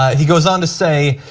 he goes on to say,